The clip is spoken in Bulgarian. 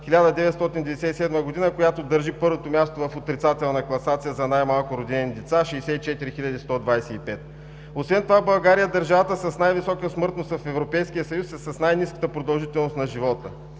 1997 г., която държи първото място в отрицателна класация за най-малко родени 64 125. Освен това България е с най-висока смъртност в Европейския съюз и с най-ниската продължителност на живота.